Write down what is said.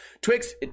Twix